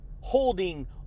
holding